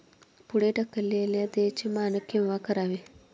पुढे ढकललेल्या देयचे मानक केव्हा करावे?